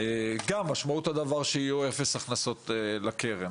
גם משמעות הדבר שיהיו אפס הכנסות לקרן,